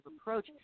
approach